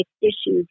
issues